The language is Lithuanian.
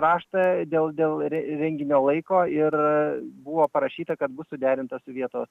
raštą dėl dėl re renginio laiko ir buvo parašyta kad bus suderinta su vietos